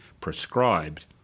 prescribed